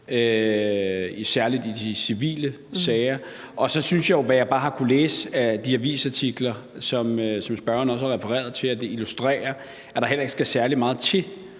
særlig i de civile sager. Så synes jeg jo, at det, som jeg bare har kunnet læse i de avisartikler, som spørgeren også har refereret til, illustrerer, at der heller ikke skal særlig meget til